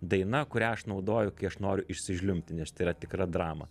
daina kurią aš naudoju kai aš noriu išsižliumbti nes tai yra tikra drama